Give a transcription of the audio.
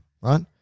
right